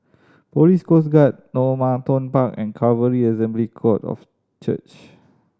Police Coast Guard Normanton Park and Calvary Assembly God of Church